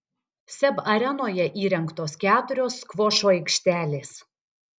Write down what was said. seb arenoje įrengtos keturios skvošo aikštelės